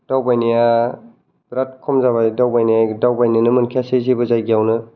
दावबायनाया बिराद खम जाबाय दावबायनोनो मोनखायासै जेबो जायगायावनो